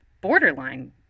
borderline